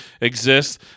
exist